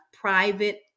private